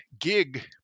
gig